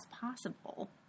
possible